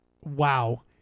wow